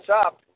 up